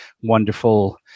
wonderful